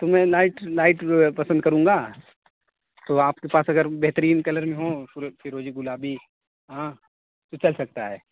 تو میں light light پسند کروں گا تو آپ کے پاس اگر بہترین کلر میں ہوں فر فروزی گلابی ہاں تو چل سکتا ہے